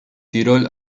tirol